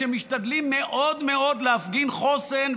שמשתדלים מאוד מאוד להפגין חוסן,